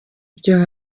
byo